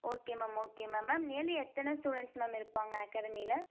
okay ma'am okay ma'am ma'am nearly எத்தனை students ma'am இருப்பாங்க அகாடெமியில